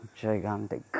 gigantic